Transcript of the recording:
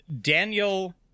Daniel